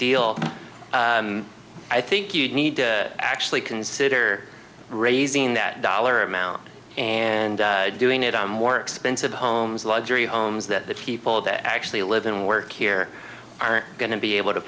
deal i think you need to actually consider raising that dollar amount and doing it on more expensive homes luxury homes that the people that actually live and work here aren't going to be able to